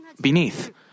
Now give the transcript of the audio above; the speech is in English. beneath